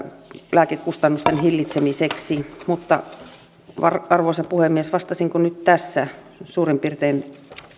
lääkekustannusten hillitsemiseksi arvoisa puhemies vastasinko nyt tässä suurin piirtein